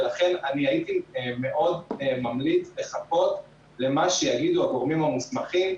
ולכן אני הייתי מאוד ממליץ לחכות למה שיגידו הגורמים המוסמכים,